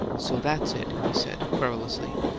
so that's it! he said, querulously.